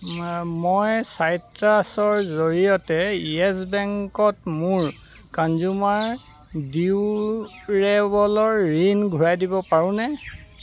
মই চাইট্ৰাছৰ জৰিয়তে য়েছ বেংকত মোৰ কঞ্জ্যুমাৰ ডিউৰেবলৰ ঋণ ঘূৰাই দিব পাৰোনে